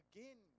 Again